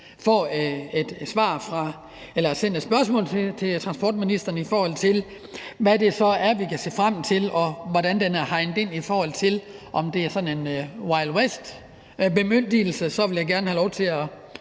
lige sige, at vi sender et spørgsmål til transportministeren om, hvad det så er, vi kan se frem til, og hvordan det er hegnet ind. Hvis det er sådan en wild west-bemyndigelse, vil jeg gerne have lov til at